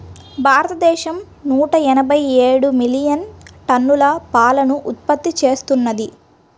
భారతదేశం నూట ఎనభై ఏడు మిలియన్ టన్నుల పాలను ఉత్పత్తి చేస్తున్నది